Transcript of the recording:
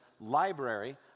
library